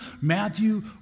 Matthew